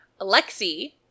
Alexi